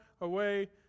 away